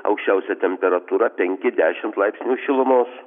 aukščiausia temperatūra penki dešimt laipsnių šilumos